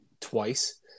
twice